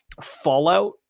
Fallout